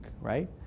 right